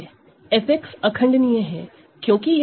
f irreducible है क्योंकि यह 𝛂 का इररेडूसिबल पॉलीनॉमिनल है